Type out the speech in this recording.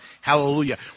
hallelujah